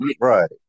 right